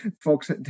folks